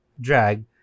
drag